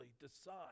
decide